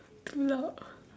too loud